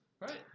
Right